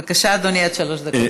בבקשה, אדוני, עד שלוש דקות לרשותך.